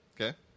Okay